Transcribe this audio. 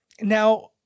now